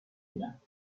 نمیرم